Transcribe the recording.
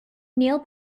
neil